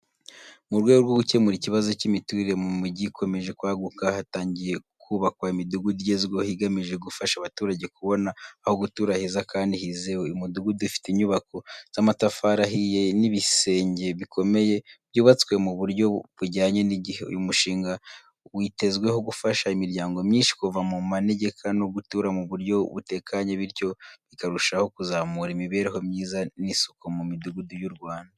Mu rwego rwo gukemura ikibazo cy’imiturire mu mijyi ikomeje kwaguka, hatangiye kubakwa imidugudu igezweho igamije gufasha abaturage kubona aho gutura heza kandi hizewe. Uyu mudugudu ufite inyubako z’amatafari ahiye n’ibisenge bikomeye byubatswe mu buryo bujyanye n’igihe. Uyu mushinga witezweho gufasha imiryango myinshi kuva mu manegeka no gutura mu buryo butekanye, bityo bikarushaho kuzamura imibereho myiza n’isuku mu midugudu y’u Rwanda.